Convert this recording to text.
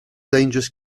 dangerous